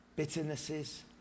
Bitternesses